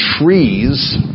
trees